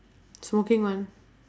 smoking [one]